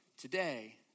today